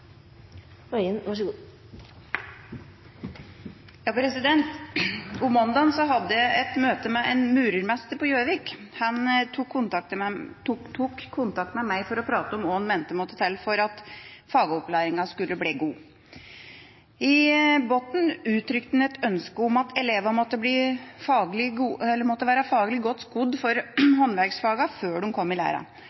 hadde jeg et møte med en murmester på Gjøvik. Han tok kontakt med meg for å snakke om hva han mente måtte til for at fagopplæringa skulle bli god. I bunnen uttrykte han et ønske om at elevene måtte være faglig godt skodd for håndverksfagene før de kom i